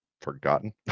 forgotten